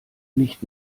nicht